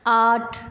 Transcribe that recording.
आठ